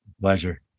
Pleasure